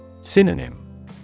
Synonym